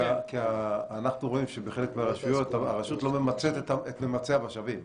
כי אנחנו רואים שבחלק מהרשויות הרשות לא ממצה את ממצה המשאבים.